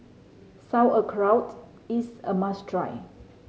sauerkraut is a must try